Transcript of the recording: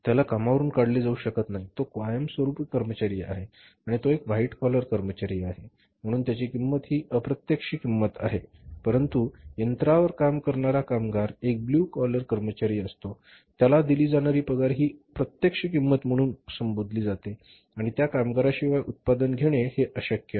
त्याला कामावरून काढले जाऊ शकत नाही तो कायमस्वरूपी कर्मचारी आहे आणि तो एक व्हाईट कॉलर कर्मचारी आहे म्हणून त्याची किंमत ही अप्रत्यक्ष किंमत आहे परंतु यंत्रावर काम करणारा कामगार एक ब्लू कॉलर कर्मचारी असतो त्याला दिली जाणारी पगार हि प्रत्यक्ष किंमत म्हणून संबोधली जाते आणि त्या कामगारा शिवाय उत्पादन घेणे हे अशक्य आहे